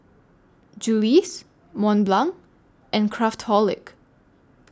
Julie's Mont Blanc and Craftholic